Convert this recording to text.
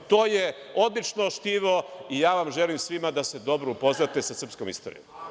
To je odlično štivo i ja vam želim svima da se dobro upoznate sa srpskom istorijom.